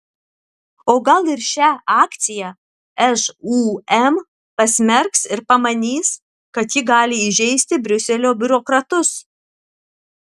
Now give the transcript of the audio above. o gal ir šią akciją žūm pasmerks ir pamanys kad ji gali įžeisti briuselio biurokratus